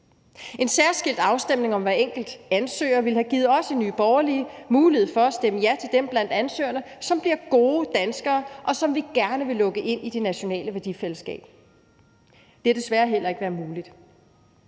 En særskilt afstemning om hver enkelt ansøger ville have givet os i Nye Borgerlige mulighed for at stemme ja til dem blandt ansøgerne, som bliver gode danskere, og som vi gerne vil lukke ind i det nationale værdifællesskab. Det har desværre heller ikke været muligt.